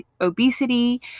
obesity